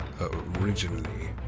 originally